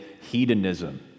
hedonism